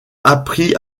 apprit